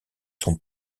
son